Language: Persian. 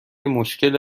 مشکل